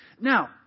Now